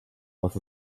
was